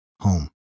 home